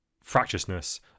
fractiousness